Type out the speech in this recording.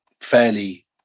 fairly